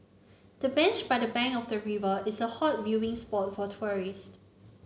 the bench by the bank of the river is a hot viewing spot for tourist